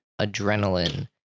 adrenaline